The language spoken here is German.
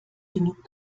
genug